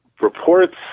Reports